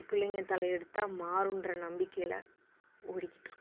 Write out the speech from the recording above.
பிள்ளைங்க தலையெடுத்தால் மாறும்ன்ற நம்பிக்கையில் ஓடிக்கிட்டுருக்கு